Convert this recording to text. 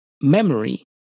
memory